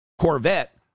Corvette